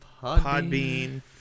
Podbean